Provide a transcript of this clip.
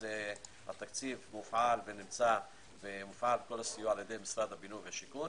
התקציב מופעל ונמצא על-ידי משרד הבינוי והשיכון,